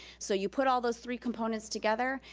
so you put all those three components together,